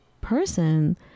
person